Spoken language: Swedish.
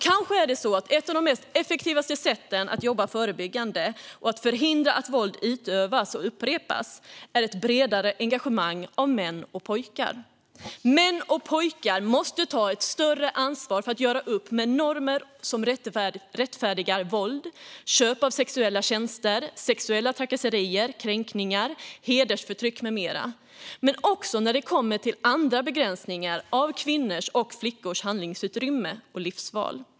Kanske är det så att ett av de mest effektiva sätten att jobba förebyggande och förhindra att våld utövas och upprepas är ett bredare engagemang av män och pojkar. Män och pojkar måste ta ett större ansvar för att göra upp med normer som rättfärdigar våld, köp av sexuella tjänster, sexuella trakasserier, kränkningar, hedersförtryck med mera. Det gäller även andra begränsningar av kvinnors och flickors handlingsutrymme och livsval.